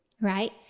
right